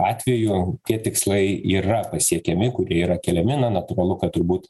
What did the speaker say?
atvejų tie tikslai yra pasiekiami kurie yra keliami na natūralu kad turbūt